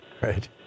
Right